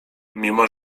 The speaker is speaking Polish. mimo